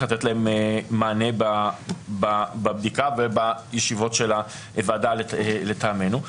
לתת להם מענה בבדיקה ובישיבות של הוועדה לטעמנו.